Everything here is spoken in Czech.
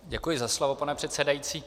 Děkuji za slovo, pane předsedající.